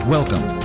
Welcome